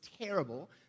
terrible